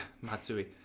Matsui